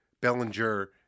Bellinger